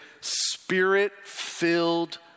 spirit-filled